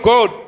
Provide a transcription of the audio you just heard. God